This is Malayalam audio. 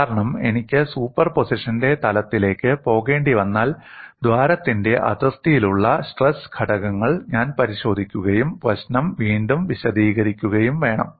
കാരണം എനിക്ക് സൂപ്പർപോസിഷന്റെ തലത്തിലേക്ക് പോകേണ്ടിവന്നാൽ ദ്വാരത്തിന്റെ അതിർത്തിയിലുള്ള സ്ട്രെസ് ഘടകങ്ങൾ ഞാൻ പരിശോധിക്കുകയും പ്രശ്നം വീണ്ടും വിശദീകരിക്കുകയും വേണം